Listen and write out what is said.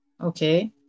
Okay